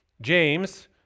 James